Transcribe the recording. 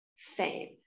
fame